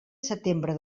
setembre